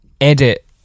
edit